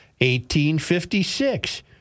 1856